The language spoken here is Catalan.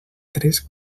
tres